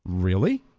really?